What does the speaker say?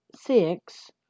six